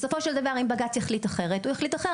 בסופו של דבר אם בג"ץ יחליט אחרת, הוא יחליט אחרת.